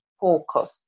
focus